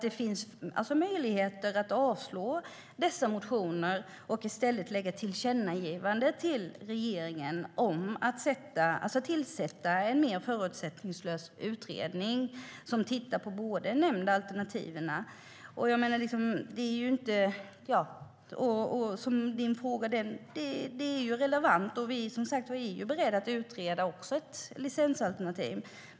Det finns alltså möjlighet att avslå dessa motioner och i stället göra ett tillkännagivande till regeringen om att tillsätta en mer förutsättningslös utredning som tittar på båda de nämnda alternativen. Din fråga är relevant, Rickard Nordin, och vi är som sagt beredda att utreda också ett licensalternativ.